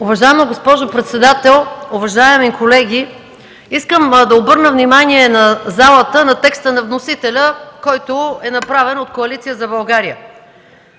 Уважаема госпожо председател, уважаеми колеги! Искам да обърна внимание на залата на текста на вносителя, който е направен от Коалиция за България.